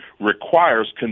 requires